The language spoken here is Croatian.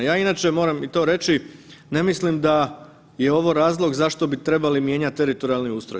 Ja inače moram i to reći, ne mislim da je ovo razlog zašto bi trebali mijenjati teritorijalni ustroj.